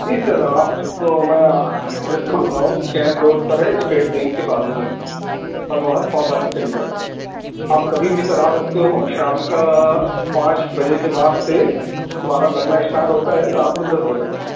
جی sir آپ کو میں ایڈریس بھی دیتا ہوں کیمپ روڈ پر ہے اسٹیٹ بینک کے بازو میں منوہر پاؤ بھاجی سینٹر آپ کبھی بھی سر آ سکتے ہو شام کا پانچ بجے کے بعد سے ہمارا لگنا اسٹارٹ ہوتا ہے رات میں دس بجے تک